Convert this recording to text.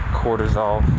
cortisol